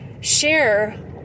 share